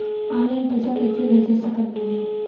Online पैसा कैसे भेज सकत बानी?